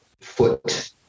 foot